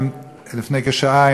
לפני כשעה,